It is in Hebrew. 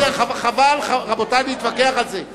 רבותי, חבל להתווכח על זה.